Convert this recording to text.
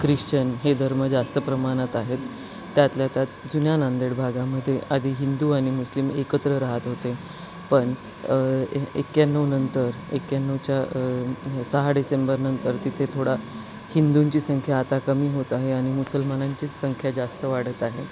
Christian हे धर्म जास्त प्रमाणात आहेत त्यातल्या त्यात जुन्या नांदेड भागामध्ये आधी हिंदू आणि मुस्लिम एकत्र राहत होते पण ए एक्याण्णव नंतर एक्याण्णवच्या हे सहा डिसेंबरनंतर तिथे थोडा हिंदूंची संख्या आता कमी होत आहे आणि मुसलमानांचीच संख्या जास्त वाढत आहे